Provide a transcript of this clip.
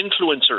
influencers